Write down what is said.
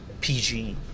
PG